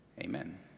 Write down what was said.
Amen